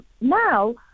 now